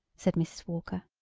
said mrs. walker.